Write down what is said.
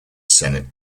senate